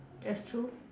that's true